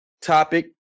topic